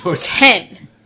Ten